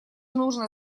нужно